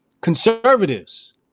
Conservatives